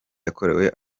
yakorewe